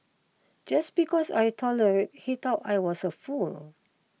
just because I tolerate he thought I was a fool